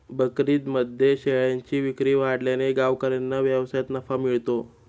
बकरीदमध्ये शेळ्यांची विक्री वाढल्याने गावकऱ्यांना व्यवसायात नफा मिळतो